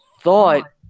thought